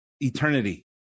eternity